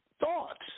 thoughts